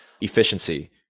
efficiency